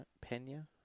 Pena